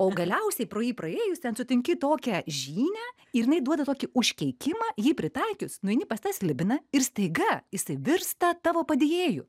o galiausiai pro jį praėjus ten sutinki tokią žynę ir jinai duoda tokį užkeikimą jį pritaikius nueini pas tą slibiną ir staiga jisai virsta tavo padėjėju